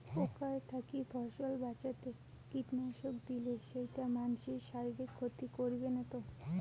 পোকার থাকি ফসল বাঁচাইতে কীটনাশক দিলে সেইটা মানসির শারীরিক ক্ষতি করিবে না তো?